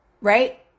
Right